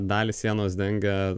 dalį sienos dengia